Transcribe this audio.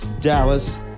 Dallas